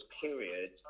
period